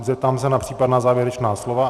Zeptám se na případná závěrečná slova.